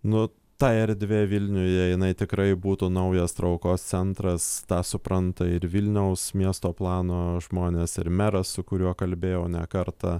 nu ta erdvė vilniuje jinai tikrai būtų naujas traukos centras tą supranta ir vilniaus miesto plano žmonės ir meras su kuriuo kalbėjau ne kartą